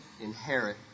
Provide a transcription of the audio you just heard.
inherit